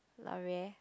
L'oreal